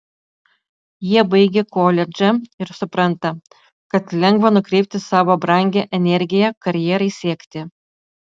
jie baigia koledžą ir supranta kad lengva nukreipti savo brangią energiją karjerai siekti